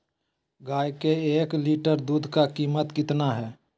गाय के एक लीटर दूध का कीमत कितना है?